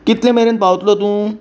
कितले मेरेन पावतलो तूं